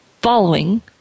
following